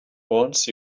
once